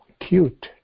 cute